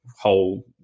whole